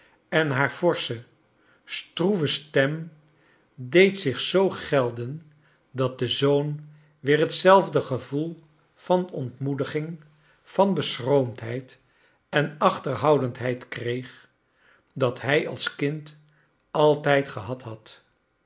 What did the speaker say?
en haar forsche stroeve stern deed zich zoo gelden dat de zoon weer hetzelfde gevoel van ontmoediging van beschroomdheid en achterhoudendheid kreeg dat hij als kind altijd gebad had